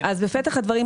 אז בפתח הדברים,